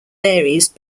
varies